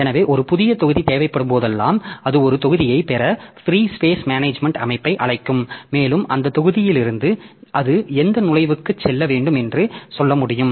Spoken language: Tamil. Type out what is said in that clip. எனவே ஒரு புதிய தொகுதி தேவைப்படும்போதெல்லாம் அது ஒரு தொகுதியைப் பெற ஃப்ரீ ஸ்பேஸ் மேனேஜ்மென்ட் அமைப்பை அழைக்கும் மேலும் அந்தத் தொகுதியிலிருந்து அது எந்த நுழைவுக்குச் செல்ல வேண்டும் என்று சொல்ல முடியும்